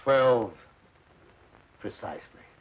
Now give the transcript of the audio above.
twelve precisely